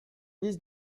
liste